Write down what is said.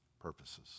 purposes